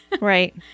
Right